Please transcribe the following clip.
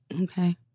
Okay